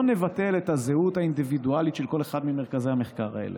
נבטל את הזהות האינדיבידואלית של כל אחד ממרכזי המחקר האלה.